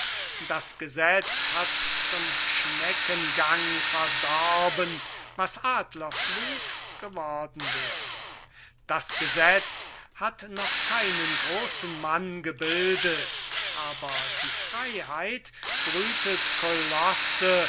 das gesetz hat zum schneckengang verdorben was adlerflug geworden wäre das gesetz hat noch keinen großen mann gebildet aber die freyheit brütet